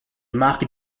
mark